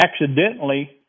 accidentally